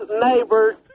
neighbors